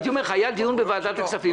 הייתי אומר לך: היה דיון בוועדת הכספים,